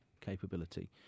capability